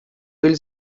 hil